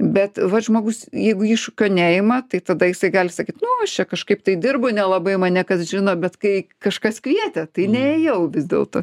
bet vat žmogus jeigu iššūkio neima tai tada jisai gali sakyt nu aš čia kažkaip tai dirbu nelabai mane kas žino bet kai kažkas kvietė tai neėjau vis dėlto